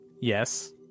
yes